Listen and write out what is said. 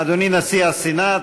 אדוני נשיא הסנאט,